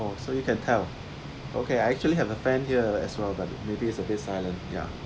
oh so you can tell okay I actually have a friend here as well but maybe it's abit silent ya